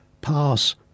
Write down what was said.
Pass